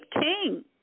king